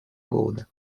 голода